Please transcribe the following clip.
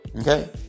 Okay